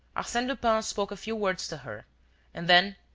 arsene lupin spoke a few words to her and then,